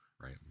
right